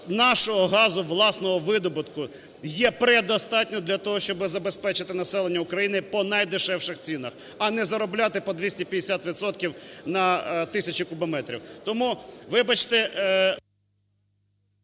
нашого газу власного видобутку є предостатньо для того, щоби забезпечити населення України по найдешевших цінах, а не заробляти по 250 відсотків на тисячу кубометрів. Тому, вибачте…